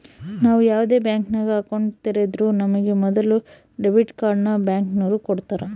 ನಾವು ಯಾವ್ದೇ ಬ್ಯಾಂಕಿನಾಗ ಅಕೌಂಟ್ ತೆರುದ್ರೂ ನಮಿಗೆ ಮೊದುಲು ಡೆಬಿಟ್ ಕಾರ್ಡ್ನ ಬ್ಯಾಂಕಿನೋರು ಕೊಡ್ತಾರ